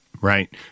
right